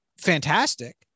fantastic